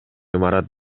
имарат